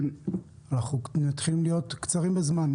אנחנו מתחילים להיות קצרים בזמן.